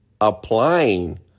applying